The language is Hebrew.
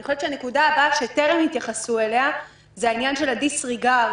אני חושבת שהנקודה הבאה שטרם התייחסו אליה זה העניין של ה-disregard.